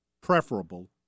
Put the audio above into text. preferable